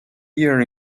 year